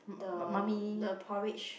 the the porridge